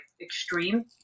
extreme